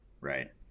right